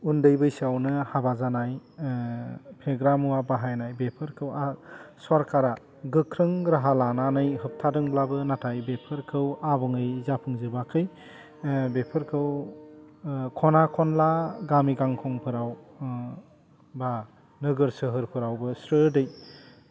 उन्दै बैसोआवनो हाबा जानाय फेग्रा मुवा बाहायनाय बेफोरखौ सरकारा गोख्रों राहा लानानै होब्थादोंब्लाबो नाथाय बेफोरखौ आबुङै जाफुंजोबाखै बेफोरखौ खना खनला गामि गांखंफ्राव बा नोगोर सोहोरफ्रावबो स्रोदयै